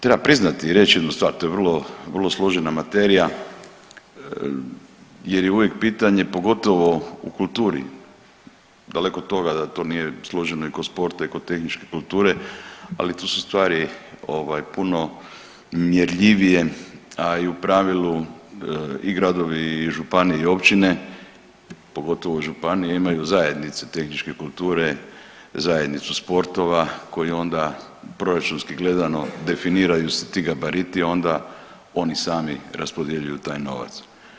Treba priznati i reći jednu stvar to je vrlo, vrlo složena materija jer je uvijek pitanje pogotovo u kulturi, daleko od toga da to nije složeno i kod sporta i kod tehničke kulture, ali tu su stvari ovaj puno mjerljivije, a i u pravilu i gradovi i županije i općine pogotovo županije imaju zajednicu tehničke kulture, zajednicu sportova koji onda proračunski gledano definiraju se ti gabariti onda oni sami raspodjeljuju taj novac.